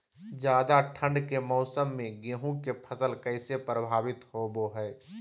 ज्यादा ठंड के मौसम में गेहूं के फसल कैसे प्रभावित होबो हय?